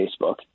Facebook